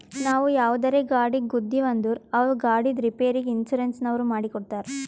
ನಾವು ಯಾವುದರೇ ಗಾಡಿಗ್ ಗುದ್ದಿವ್ ಅಂದುರ್ ಅವ್ರ ಗಾಡಿದ್ ರಿಪೇರಿಗ್ ಇನ್ಸೂರೆನ್ಸನವ್ರು ಮಾಡಿ ಕೊಡ್ತಾರ್